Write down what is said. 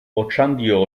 otxandio